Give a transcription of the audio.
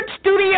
studio